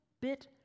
bit